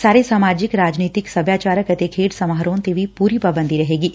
ਸਾਰੇ ਸਮਾਜਿਕ ਰਾਜਨੀਤਿਕ ਸਭਿਆਚਾਰਕ ਅਤੇ ਖੇਡ ਸਮਾਰੋਹਾਂ ਤੇ ਵੀ ਪੁਰੀ ਪਾਬੰਦੀ ਰਹੇਗੀ